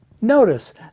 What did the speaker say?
notice